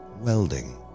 welding